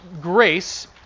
grace